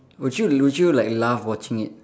would you would you like laugh watching it